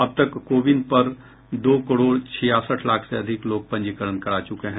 अब तक CoWIN पर दो करोड़ छियासठ लाख से अधिक लोग पंजीकरण करा चुके हैं